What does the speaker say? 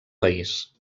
país